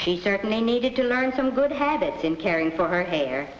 she certainly needed to learn some good habits in caring for her hair